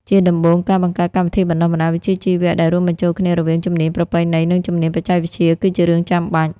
ជាដំបូង ការបង្កើតកម្មវិធីបណ្តុះបណ្តាលវិជ្ជាជីវៈដែលរួមបញ្ចូលគ្នារវាងជំនាញប្រពៃណី និងជំនាញបច្ចេកវិទ្យាគឺជារឿងចាំបាច់។